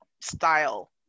style